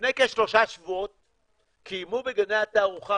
לפני כשלושה שבועות קיים משרד הבריאות בגני התערוכה